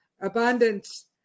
abundance